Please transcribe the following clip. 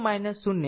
ફરીથી v2 0